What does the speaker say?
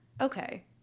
Okay